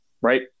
Right